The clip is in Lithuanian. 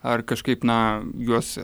ar kažkaip na juos